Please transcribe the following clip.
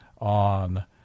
on